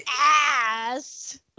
ass